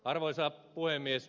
arvoisa puhemies